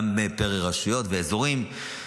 גם פר רשויות ואזורים,